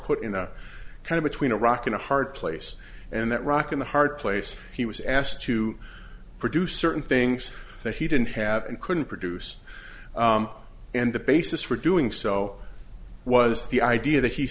put in a kind of between a rock and a hard place and that rock and a hard place he was asked to produce certain things that he didn't have and couldn't produce and the basis for doing so was the idea that he